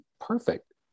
perfect